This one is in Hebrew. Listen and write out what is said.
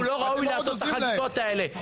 תגידו: לא ראוי לעשות את החגיגות האלה.